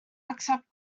accept